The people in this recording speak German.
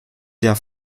der